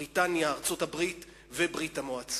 בריטניה, ארצות-הברית וברית-המועצות.